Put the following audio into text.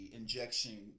injection